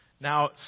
now